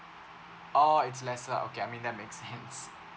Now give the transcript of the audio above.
oh it's lesser okay I mean that makes sense